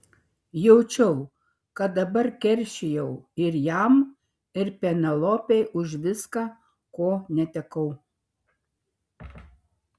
jaučiau kad dabar keršijau ir jam ir penelopei už viską ko netekau